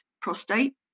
prostate